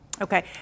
Okay